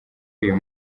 uyu